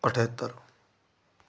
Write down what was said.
अठहत्तर